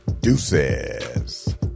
Deuces